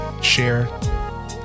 share